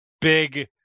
big